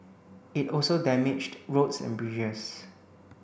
it also damaged roads and bridges